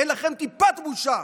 אין לכם טיפת בושה.